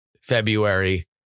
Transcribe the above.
February